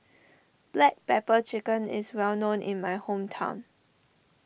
Black Pepper Chicken is well known in my hometown